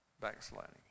backsliding